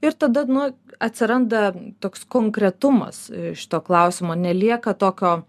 ir tada nu atsiranda toks konkretumas šito klausimo nelieka tokio